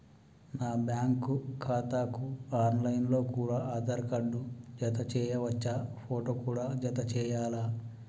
నా బ్యాంకు ఖాతాకు online లో కూడా ఆధార్ కార్డు జత చేయవచ్చా ఫోటో కూడా జత చేయాలా?